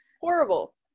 horrible